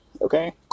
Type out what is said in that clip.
Okay